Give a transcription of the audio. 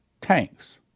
Tanks